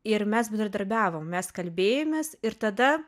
ir mes bendradarbiavom mes kalbėjomės ir tada